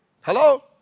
Hello